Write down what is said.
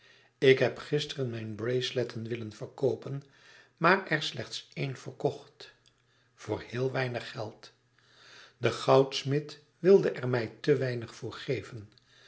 ik heb gisteren mijn braceletten willen verkoopen maar er slechts éen verkocht voor heel weinig geld de goudsmid wilde er mij te weinig voor geven